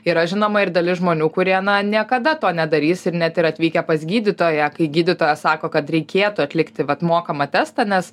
yra žinoma ir dalis žmonių kurie na niekada to nedarys ir net ir atvykę pas gydytoją kai gydytojas sako kad reikėtų atlikti vat mokamą testą nes